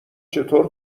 چطور